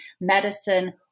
medicine